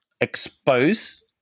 expose